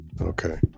okay